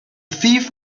thief